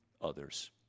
others